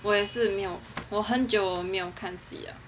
我也是没有我很久没有看看戏了